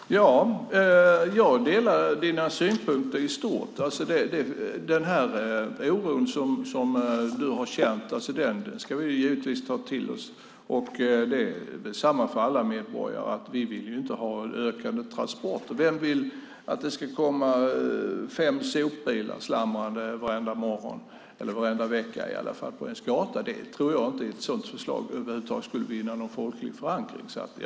Fru talman! Jag delar Roland Bäckmans synpunkter i stort. Den oro som han har känt ska vi givetvis ta till oss, och det är samma för alla medborgare. Vi vill ju inte ha ökade transporter. Vem vill att det ska komma fem sopbilar slamrande varenda vecka på ens gata? Ett sådant förslag tror jag inte skulle vinna någon folklig förankring över huvud taget.